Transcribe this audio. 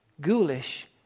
ghoulish